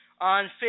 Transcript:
on